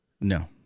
No